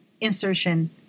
Insertion